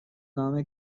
نام